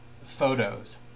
photos